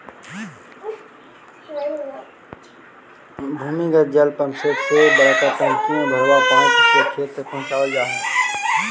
भूमिगत जल पम्पसेट से ला के बड़का टंकी में भरवा के पाइप से खेत तक पहुचवल जा हई